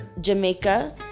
Jamaica